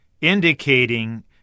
indicating